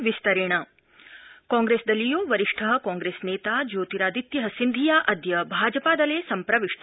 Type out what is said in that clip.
सिंधिया भाजपा कांग्रेस्दलीयो वरिष्ठ कांग्रेस्नेता ज्योतिरादित्य सिंधिया अदय भाजपादले सम्प्रविष्ट